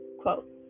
quote